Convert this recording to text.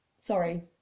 sorry